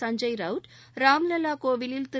சஞ்சய் ரவுட் ராம் லல்லா கோவிலில் திரு